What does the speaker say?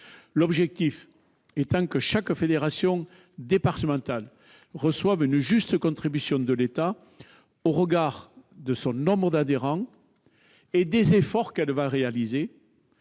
L'objectif est le suivant : chaque fédération départementale recevra une juste contribution de l'État, au regard de son nombre d'adhérents et des efforts qu'elle va réaliser,